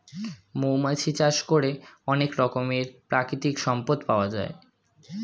মৌমাছি চাষ করে অনেক রকমের প্রাকৃতিক সম্পদ পাওয়া যায়